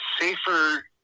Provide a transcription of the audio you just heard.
safer